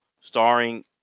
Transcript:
starring